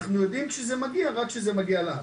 אנחנו יודעים שזה מגיע רק לאחר שזה מגיע לארץ.